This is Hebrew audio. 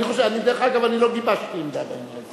אני, דרך אגב, אני לא גיבשתי עמדה בעניין הזה.